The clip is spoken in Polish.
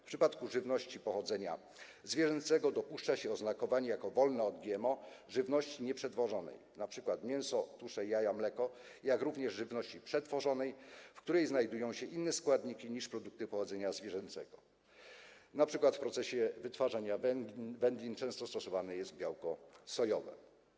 W przypadku żywności pochodzenia zwierzęcego dopuszcza się oznakowanie „wolne od GMO” żywności nieprzetworzonej, np. mięso, tusze, jaja, mleko, jak również żywności przetworzonej, w której znajdują się inne składniki niż produkty pochodzenia zwierzęcego, np. w procesie wytwarzania wędlin często stosowane jest białko sojowe.